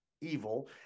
evil